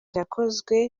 yakozwe